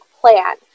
plan